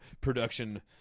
production